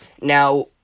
Now